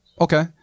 Okay